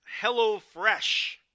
HelloFresh